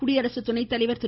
குடியரசு துணை தலைவர் திரு